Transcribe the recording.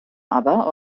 aber